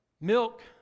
Milk